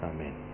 Amen